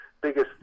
biggest